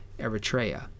Eritrea